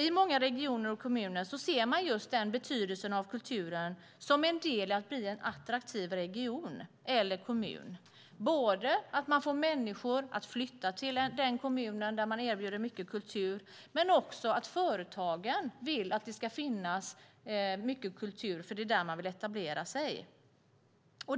I många regioner och kommuner ser man just den betydelsen av kulturen som en del i att bli en attraktiv region eller kommun, både att man får människor att flytta till den kommun där man erbjuder mycket kultur och att företagen vill att det ska finnas mycket kultur där de ska etablera sig.